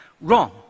wrong